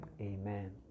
Amen